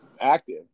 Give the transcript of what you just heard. active